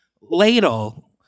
ladle